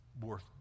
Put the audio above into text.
worth